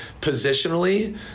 positionally